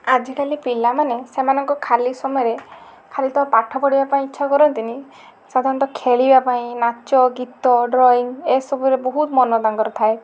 ଆଜିକାଲି ପିଲାମାନେ ସେମାନଙ୍କ ଖାଲି ସମୟରେ ଖାଲି ତ ପାଠ ପଢ଼ିବା ପାଇଁ ଇଚ୍ଛା କରନ୍ତିନି ସାଧାରଣତଃ ଖେଳିବା ପାଇଁ ନାଚ ଗୀତ ଡ୍ରଇଂ ଏସବୁରେ ବହୁତ ମନ ତାଙ୍କର ଥାଏ